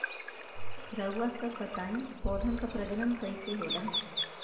रउआ सभ बताई पौधन क प्रजनन कईसे होला?